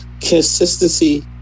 Consistency